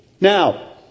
Now